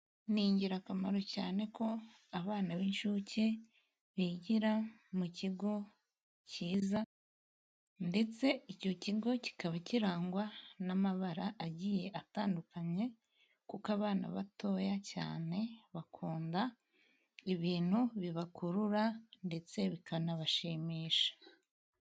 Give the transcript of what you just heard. Ni ingirakamaro cyane ko abana b'inshuke bigira mukigo cyiza ndetse icyo kigo kikaba kirangwa n'amabara agiye atandukanye, kuko abana batoya cyane bakunda ibintu bibakurura ndetse bikanabashimisha.